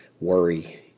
worry